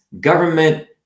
government